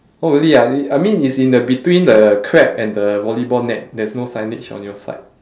oh really ah I mean it's in the between the crab and the volleyball net there's no signage on your side